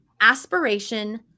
aspiration